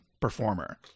performer